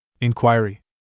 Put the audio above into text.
Inquiry